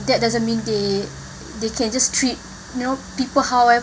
that doesn't mean they they can just treat you know people however